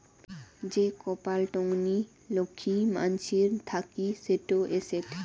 যে কপাল টঙ্নি লক্ষী মানসির থাকি সেটো এসেট